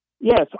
Yes